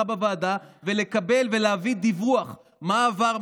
בוועדה ולקבל ולהביא דיווח מה עבר,